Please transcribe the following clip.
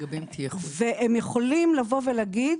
והם יכולים לבוא ולהגיד